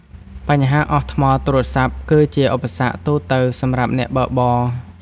បញ្ហាអស់ថ្មទូរសព្ទគឺជាឧបសគ្គទូទៅសម្រាប់អ្នកបើកបរ។